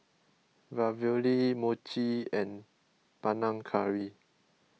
Ravioli Mochi and Panang Curry